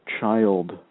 child